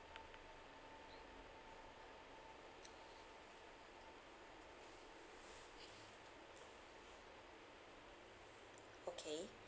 okay